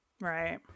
Right